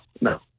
no